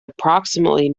approximately